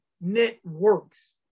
networks